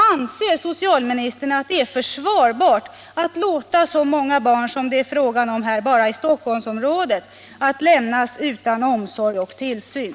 Anser socialministern att det är försvarbart att låta så många barn som det är fråga om bara här i Stockholmsområdet bli lämnade utan omsorg och tillsyn?